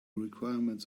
requirements